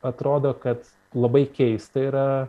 atrodo kad labai keista yra